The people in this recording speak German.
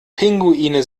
pinguine